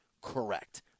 correct